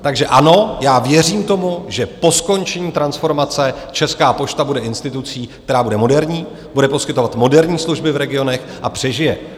Takže ano, já věřím tomu, že po skončení transformace Česká pošta bude institucí, která bude moderní, bude poskytovat moderní služby v regionech a přežije.